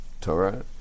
Torah